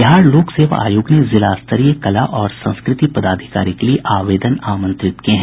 बिहार लोक सेवा आयोग ने जिलास्तरीय कला और संस्कृति पदाधिकारी के लिए आवेदन आमंत्रित किये हैं